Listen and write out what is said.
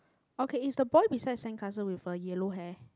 okay is the boy beside sandcastle with a yellow hair